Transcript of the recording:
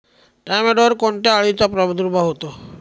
टोमॅटोवर कोणत्या अळीचा प्रादुर्भाव होतो?